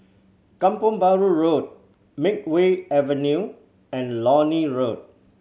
Kampong Bahru Road Makeway Avenue and Lornie Road